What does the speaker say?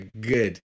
good